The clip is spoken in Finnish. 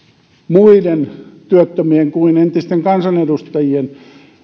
muiden työttömien kuin entisten kansanedustajien